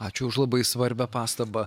ačiū už labai svarbią pastabą